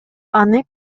аны